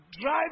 drive